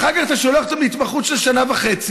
אחר כך אתה שולח אותם להתמחות של שנה וחצי,